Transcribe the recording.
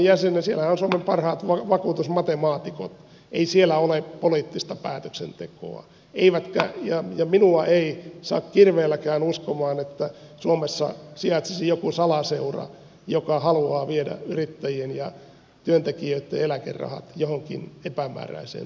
siellähän on suomen parhaat vakuutusmatemaatikot ei siellä ole poliittista päätöksentekoa ja minua ei saa kirveelläkään uskomaan että suomessa sijaitsisi joku salaseura joka haluaa viedä yrittäjien ja työntekijöitten eläkerahat johonkin epämääräiseen taskuun